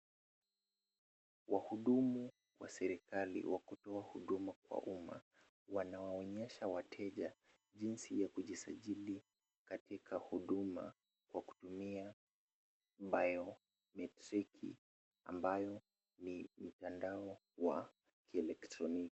Wahudumu wa serikali wa kutoa huduma kwa umma, wanawaonyesha wateja jinsi ya kujisajili katika huduma kwa kutumia bio metriki ambayo ni mtandao wa kielektroniki.